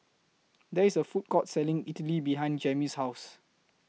There IS A Food Court Selling Idili behind Jammie's House